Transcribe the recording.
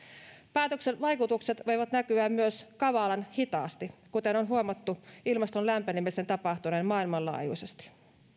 päätöksen vaikutukset voivat näkyä myös kavalan hitaasti kuten on huomattu ilmaston lämpenemisen tapahtuneen maailmanlaajuisesti